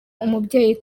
umubyeyi